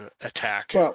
attack